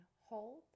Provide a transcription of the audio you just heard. hold